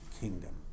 kingdom